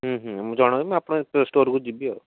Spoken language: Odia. ହୁଁ ହୁଁ ମୁଁ ଜଣେଇବି ମୁଁ ଆପଣଙ୍କ ଏ ଷ୍ଟୋର୍କୁ ଯିବି ଆଉ